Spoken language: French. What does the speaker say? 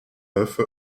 neuf